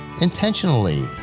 intentionally